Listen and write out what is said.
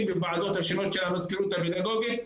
בוועדות השונות של המזכירות הפדגוגית.